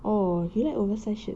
oh you like oversize shirt